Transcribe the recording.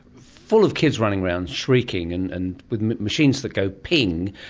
full of kids running around shrieking and and with machines that go ping,